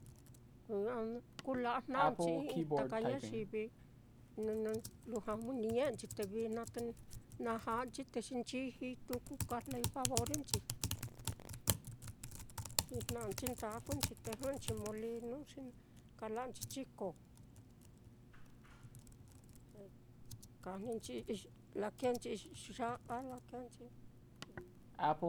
Kula'ajna'anchi i'i taka ñayivi lujua ni ñe'e nhi, te vijna te na ja'anchi te nchijii tuku kajlai favorinchi, ni jnanchi ndakunchi te jɨꞌɨnchi mulinu, xi kala'anchi chiko, kajninchi lakēēnchi ya'a lakēēnchi.